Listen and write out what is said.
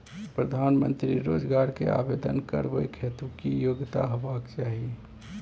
प्रधानमंत्री रोजगार के आवेदन करबैक हेतु की योग्यता होबाक चाही?